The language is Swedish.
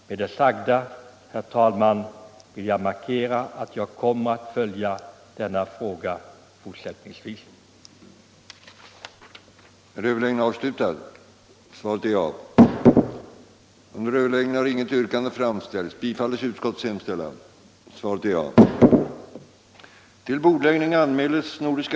Med det sagda, herr talman, har jag velat markera att jag fortsättningsvis kommer att följa frågan med uppmärksamhet.